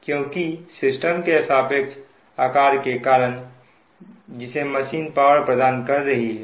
क्योंकि सिस्टम के सापेक्ष आकार के कारण जिसे मशीन पावर प्रदान कर रही है